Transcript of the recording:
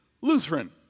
Lutheran